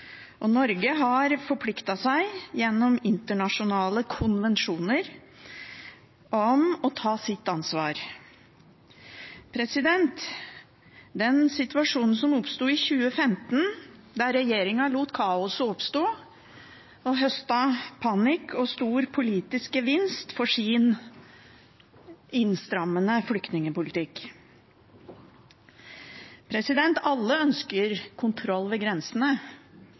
Norge har forpliktet seg, gjennom internasjonale konvensjoner, til å ta sitt ansvar. I 2015 oppsto en situasjon der regjeringen lot kaoset oppstå, og høstet panikk og stor politisk gevinst for sin innstrammende flyktningpolitikk. Alle ønsker kontroll ved grensene